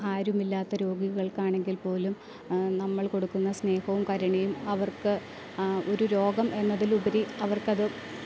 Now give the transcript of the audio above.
ആരുമില്ലാത്ത രോഗികൾക്കാണെങ്കിൽ പോലും നമ്മൾ കൊടുക്കുന്ന സ്നേഹവും കരുണയും അവർക്ക് ഒരു രോഗം എന്നതിലുപരി അവർക്കത്